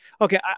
Okay